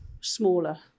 smaller